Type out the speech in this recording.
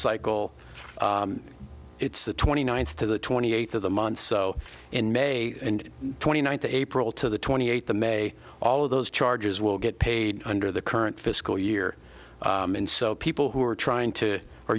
cycle it's the twenty ninth to the twenty eighth of the month so in may and twenty ninth of april to the twenty eight the may all of those charges will get paid under the current fiscal year and so people who are trying to